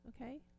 Okay